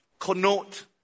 connote